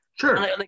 Sure